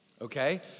Okay